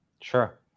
Sure